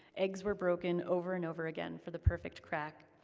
eggs were broken over and over again for the perfect crack,